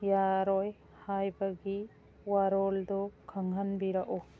ꯌꯥꯔꯣꯏ ꯍꯥꯏꯕꯒꯤ ꯋꯥꯔꯣꯜꯗꯨ ꯈꯪꯍꯟꯕꯤꯔꯛꯎ